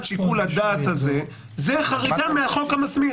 שיקול הדעת הזה זה חריגה מהחוק המסמיך.